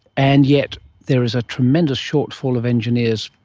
and yet there is a tremendous shortfall of engineers,